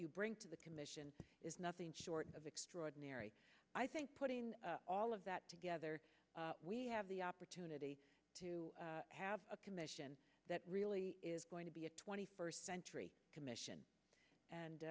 you bring to the commission is nothing short of extraordinary i think putting all of that together we have the opportunity to have a commission that really is going to be a twenty first century commission and